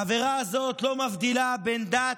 העבירה הזאת לא מבדילה, דת,